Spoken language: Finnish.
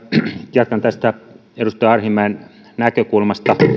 jatkan tästä edustaja arhinmäen näkökulmasta